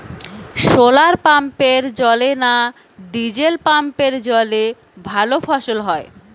শোলার পাম্পের জলে না ডিজেল পাম্পের জলে ভালো ফসল হয়?